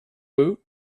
woot